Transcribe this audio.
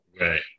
Right